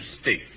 state